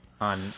on